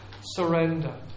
surrender